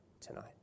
tonight